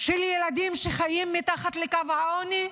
של ילדים שחיים מתחת לקו העוני.